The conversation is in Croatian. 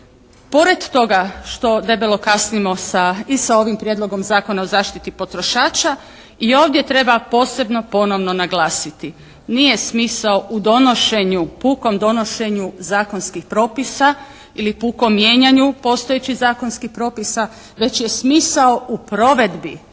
Pored toga što debelo kasnimo i sa ovim Prijedlogom zakona o zaštiti potrošača i ovdje treba posebno ponovno naglasiti. Nije smisao u pukom donošenju zakonskih propisa ili pukom mijenjanju postojećih zakonskih propisa već je smisao u provedbi